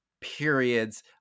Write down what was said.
Periods